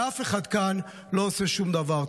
ואף אחד כאן לא עושה שום דבר.